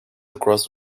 across